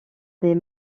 des